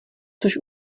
což